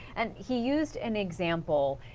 and he used an example,